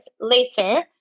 later